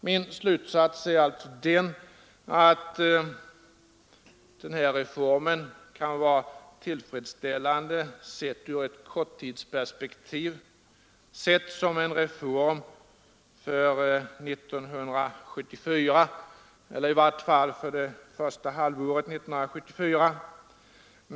Min slutsats är alltså att den här reformen kan vara tillfredsställande sedd ur korttidsperspektiv, sedd som en reform för 1974 eller i varje för det första halvåret 1974.